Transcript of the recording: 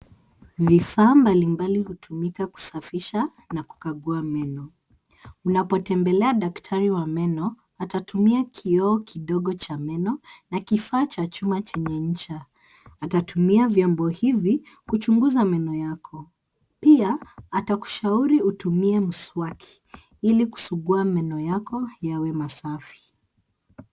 Vifaa mbalimbali hutumika kusafisha na kukagua meno. Unapotembelea daktari wa meno, atatumia kioo kidogo cha meno, na kifaa cha chuma chenye ncha. Atatumia vyombo hivi kuchunguza meno yako. Pia atakushauri utumie mswaki ili kusugua meno yako yawe masafi.